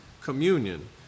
communion